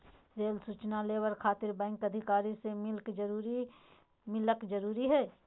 Rail सूचना labour खातिर bank अधिकारी से मिलक जरूरी है?